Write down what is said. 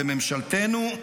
בממשלתנו,